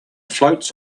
floats